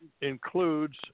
includes